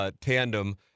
tandem